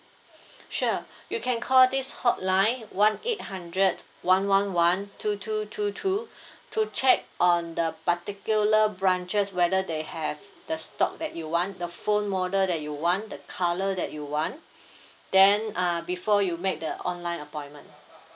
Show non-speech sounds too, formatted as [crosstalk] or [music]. [breath] sure you can call this hotline one eight hundred one one one two two two two [breath] to check on the particular branches whether they have the stock that you want the phone model that you want the colour that you want [breath] then uh before you make the online appointment